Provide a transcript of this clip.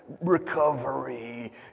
recovery